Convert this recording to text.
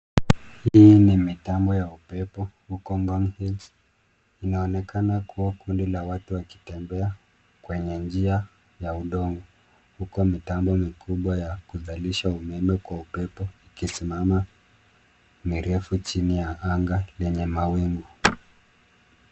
Hii ni mitambo ya upepo huko Ngong Hills . Inaonekana kuwa kundi la watu wakitembea kwenye njia ya udongo huko mitambo mikubwa ya kuzalisha umeme kwa upepo ikisimama mirefu chini ya anga lenye mawingu.